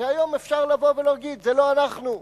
והיום אפשר להגיד: זה לא אנחנו,